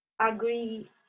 agree